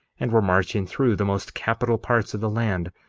and were marching through the most capital parts of the land,